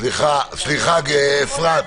סליחה, אפרת,